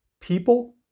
people